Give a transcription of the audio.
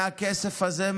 מהכסף הזה,